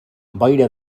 boira